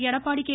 Edappadi K